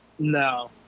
No